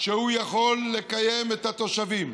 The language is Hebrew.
שיכול לקיים את התושבים,